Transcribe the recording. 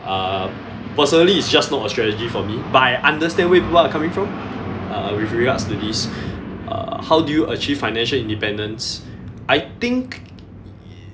uh personally it's just not a strategy for me but I understand where people are coming from uh with regards to this uh how do you achieve financial independence I think